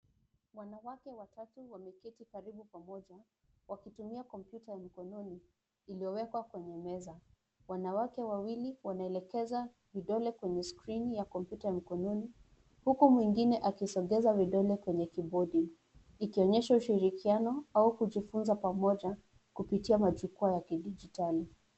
Wanawake watatu wameketi karibu pamoja, wakitumia kompyuta ya mkononi iliyowekwa kwenye meza. Wanawake wawili wanaelekeza vidole kwenye skrini ya kompyuta ya mkononi, huku mwingine akisogeza vidole kwenye kibodi, ikionyesha ushirikiano au kujifunza pamoja kupitia majukwaa ya kidijitali.